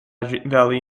valley